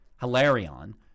Hilarion